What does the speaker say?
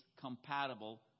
compatible